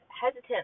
hesitant